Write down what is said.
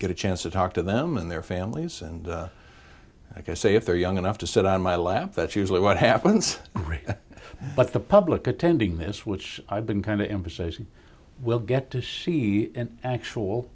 get a chance to talk to them and their families and i say if they're young enough to sit on my lap that's usually what happens but the public attending this which i've been kind of emphasized we'll get to see an actual